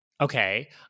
Okay